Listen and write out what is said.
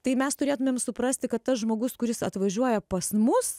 tai mes turėtumėm suprasti kad tas žmogus kuris atvažiuoja pas mus